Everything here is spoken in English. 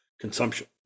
consumption